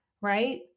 right